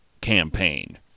campaign